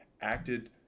acted